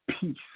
peace